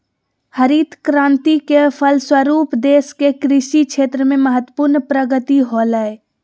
हरित क्रान्ति के फलस्वरूप देश के कृषि क्षेत्र में महत्वपूर्ण प्रगति होलय